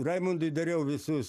raimondui dariau visus